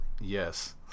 Yes